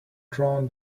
drown